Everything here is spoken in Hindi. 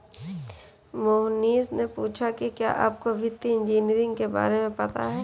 मोहनीश ने पूछा कि क्या आपको वित्तीय इंजीनियरिंग के बारे में पता है?